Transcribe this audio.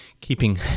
keeping